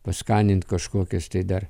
paskanint kažkokias tai dar